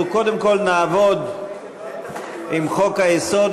אנחנו קודם כול נעבוד עם חוק-היסוד,